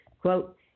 quote